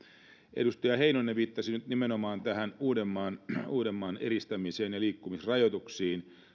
edustaja heinonen viittasi nimenomaan tähän uudenmaan uudenmaan eristämiseen ja liikkumisrajoituksiin